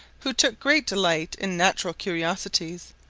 who took great delight in natural curiosities,